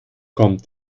kommt